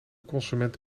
consument